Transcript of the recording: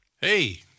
Hey